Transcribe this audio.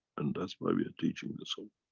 and that's why we are teaching the soul.